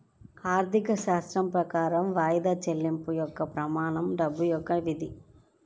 ఆర్థికశాస్త్రం ప్రకారం వాయిదా చెల్లింపు యొక్క ప్రమాణం డబ్బు యొక్క విధి